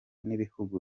n’ibihugu